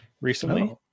recently